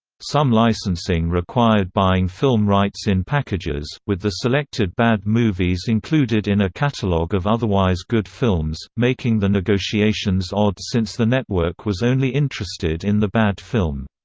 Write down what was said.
some licensing required buying film rights in packages, with the selected bad movies included in a catalog of otherwise good films, making the negotiations odd since the network was only interested in the bad film.